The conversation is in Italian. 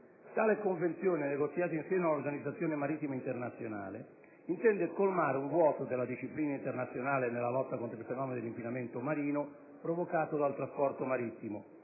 Tale Convenzione, negoziata in seno all'Organizzazione marittima internazionale, intende colmare un vuoto della disciplina internazionale nella lotta contro il fenomeno dell'inquinamento marino provocato dal trasporto marittimo,